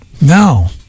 No